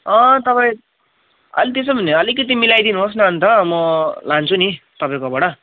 अँ तपाईँ अनि त्यसो भने अलिकति मिलाइदिनुहोस् न अन्त म लान्छु नि तपाईँकोबाट